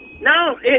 No